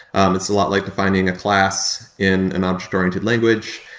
um it's a lot like defining a class in an ah object-oriented language.